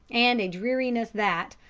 and a dreariness that,